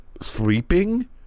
sleeping